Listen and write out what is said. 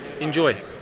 Enjoy